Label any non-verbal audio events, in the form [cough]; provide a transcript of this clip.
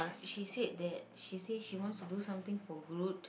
[unintelligible]